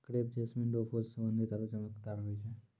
crepe jasmine रो फूल सुगंधीत आरु चमकदार होय छै